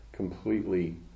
Completely